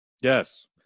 Yes